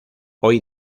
hoy